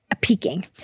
peaking